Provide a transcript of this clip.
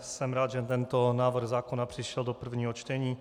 Jsem rád, že tento návrh zákona přišel do prvního čtení.